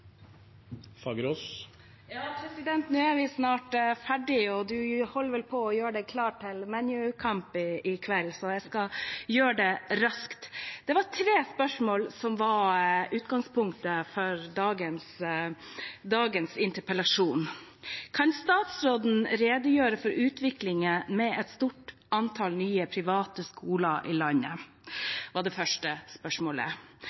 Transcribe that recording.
bakgrunn. President, nå er vi snart ferdig, og du holder vel på å gjøre deg klar til ManU-kamp i kveld, så jeg skal gjøre det raskt. Det var tre spørsmål som var utgangspunkt for dagens interpellasjon. Kan statsråden redegjøre for utviklingen med et stort antall nye private skoler i landet? Det var det første spørsmålet.